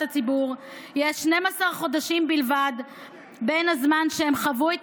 הציבור יש 12 חודשים בלבד בין הזמן שבו הם חוו את